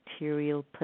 material